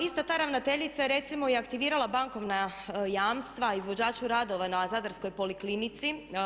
Ista ta ravnateljica recimo je aktivirala i bankovna jamstva izvođaču radova na zadarskoj poliklinici.